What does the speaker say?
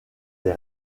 des